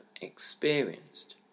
experienced